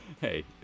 hey